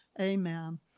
amen